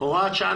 (הוראת שעה,